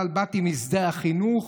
אבל באתי משדה החינוך,